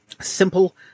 simple